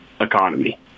economy